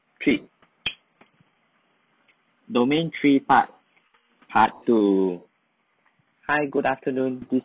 trip domain three part part two hi good afternoon this